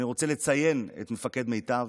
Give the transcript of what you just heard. אני רוצה לציין את מפקד מיטב.